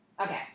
okay